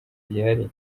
gihari